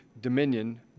Dominion